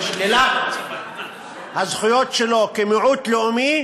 שלילת הזכויות שלו כמיעוט לאומי,